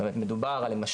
זאת אומרת מדובר על למשל,